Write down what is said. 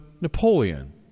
Napoleon